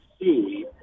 see